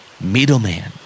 Middleman